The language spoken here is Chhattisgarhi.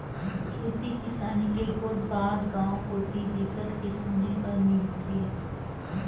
खेती किसानी के गोठ बात गाँव कोती बिकट के सुने बर मिलथे